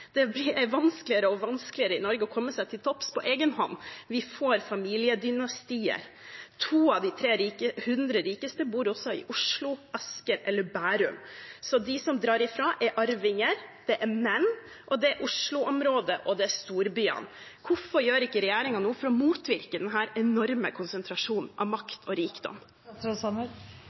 Det blir vanskeligere og vanskeligere i Norge å komme seg til topps på egen hånd. Vi får familiedynastier. Av de 100 rikeste bor 2 av 3 i Oslo, Asker eller Bærum. De som drar ifra, er arvinger, de er menn, de bor i Oslo-området, og de bor i storbyene. Hvorfor gjør ikke regjeringen noe for å motvirke denne enorme konsentrasjonen av makt og